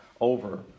over